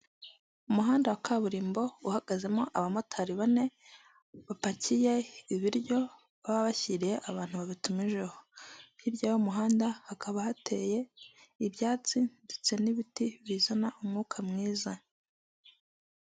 Uyu n’umuhanda wo mu bwoko bwa kaburimbo usize amabara y'umukara n'uturongo tw'umweru, kuhande hari ubusitani bwiza burimo ibiti birebire bitanga umuyaga n'amahumbezi ku binyabiziga bihanyura byose.